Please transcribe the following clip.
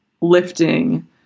lifting